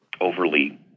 overly